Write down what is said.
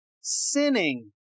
sinning